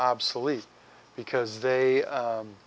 obsolete because they